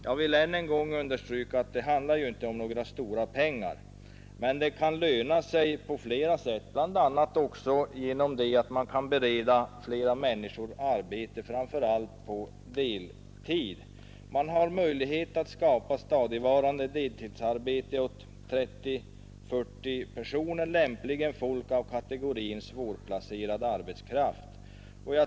Jag vill än en gång understryka att det inte handlar om några stora pengar, men ett bifall till motionen kan löna sig på flera sätt, bl.a. genom att man kan bereda flera människor arbete, framför allt på deltid. Man får möjlighet att skapa stadigvarande deltidsarbete åt 30—40 personer, lämpligen från kategorin svårplacerad arbetskraft.